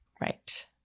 Right